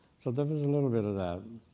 so there is a little bit of that.